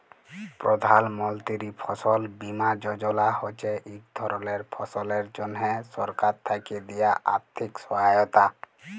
প্রধাল মলতিরি ফসল বীমা যজলা হছে ইক ধরলের ফসলের জ্যনহে সরকার থ্যাকে দিয়া আথ্থিক সহায়তা